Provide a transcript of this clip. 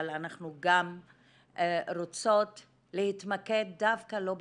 אנחנו גם רוצות להתמקד דווקא לא בסטטיסטיקה.